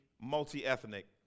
multi-ethnic